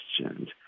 questions